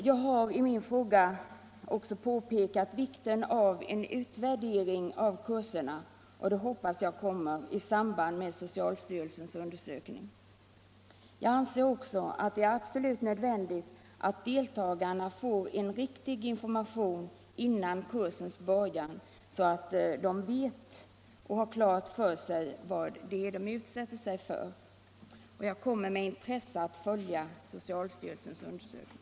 I min fråga har jag också påpekat vikten av en utvärdering av kurserna, och en sådan hoppas jag kommer i samband med socialstyrelsens undersökning. Jag anser även att det är absolut nödvändigt att deltagarna får riktig information före kursens början, så att de har klart för sig vad de utsätter sig för. Med intresse kommer jag att följa socialstyrelsens undersökning.